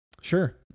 Sure